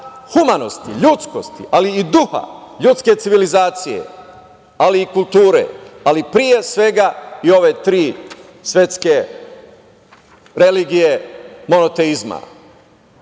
humanosti, ljudskosti, ali i duha ljudske civilizacije, ali i kulture, ali pre svega i ove tri svetske religije monoteizma. Dakle,